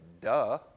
Duh